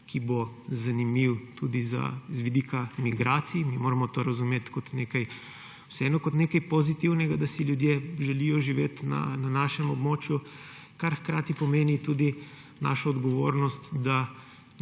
ki bo zanimiv tudi z vidika migracij. Mi moramo vseeno razumeti kot nekaj pozitivnega to, da si ljudje želijo živeti na našem območju, kar hkrati pomeni tudi našo odgovornost,